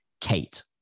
Kate